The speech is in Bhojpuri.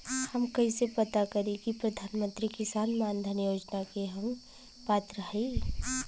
हम कइसे पता करी कि प्रधान मंत्री किसान मानधन योजना के हम पात्र हई?